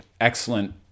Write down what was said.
excellent